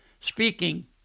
speaking